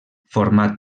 format